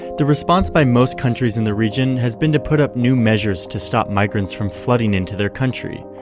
the response by most countries in the region has been to put up new measures to stop migrants from flooding into their country.